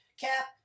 Cap